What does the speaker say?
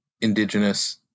indigenous